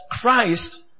Christ